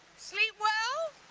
sleep well?